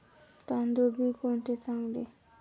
तांदूळ बी कोणते चांगले?